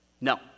No